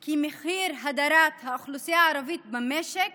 כי מחיר הדרת האוכלוסייה הערבית במשק